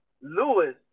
Lewis